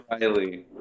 Riley